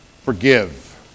forgive